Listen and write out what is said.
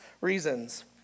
reasons